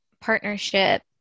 partnership